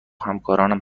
همکارانم